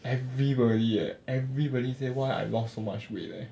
everybody leh everybody say why I lost so much weight leh